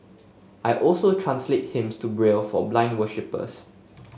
I also translate hymns to Braille for blind worshippers